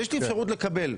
יש לי אפשרות לקבל.